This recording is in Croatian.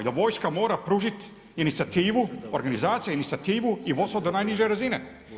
I da vojska mora pružit inicijativu organizacija, inicijativu i vodstvo do najniže razine.